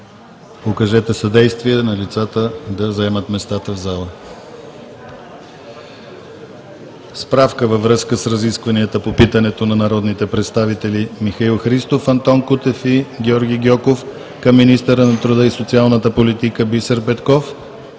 окажете съдействие на лицата да заемат местата в залата.